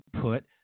put